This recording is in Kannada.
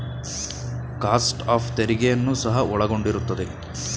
ಕಾಸ್ಟ್ ಅಫ್ ತೆರಿಗೆಯನ್ನು ಸಹ ಒಳಗೊಂಡಿರುತ್ತದೆ